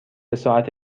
ساعت